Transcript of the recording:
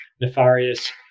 nefarious